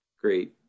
Great